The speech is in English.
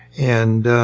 and